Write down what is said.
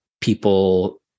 people